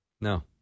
No